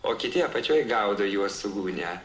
o kiti apačioj gaudo juos su gūnia